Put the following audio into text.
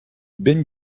ben